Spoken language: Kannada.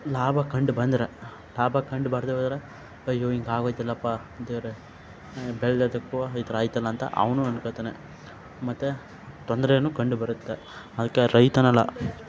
ಲಾಭ ಕಂಡು ಬಂದ್ರೆ ಲಾಭ ಕಂಡು ಬರದೆ ಹೋದರೆ ಅಯ್ಯೋ ಹಿಂಗೆ ಆಗೋಗೈತಲಪಾ ದೇವರೇ ಬೆಳೆದದಕ್ಕೂ ಈ ಥರ ಆಯ್ತಲ್ಲ ಅಂತ ಅವನೂ ಅನ್ಕೋತಾನೆ ಮತ್ತು ತೊಂದರೆನು ಕಂಡು ಬರುತ್ತೆ ಅದಕ್ಕೆ ರೈತನಲ್ಲ